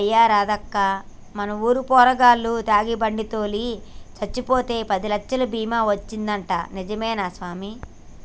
అయ్యా రాదక్కా మన ఊరు పోరగాల్లు తాగి బండి తోలి సచ్చిపోతే పదిలచ్చలు బీమా వచ్చిందంటా నిజమే సామి